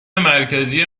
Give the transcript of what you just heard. مرکزی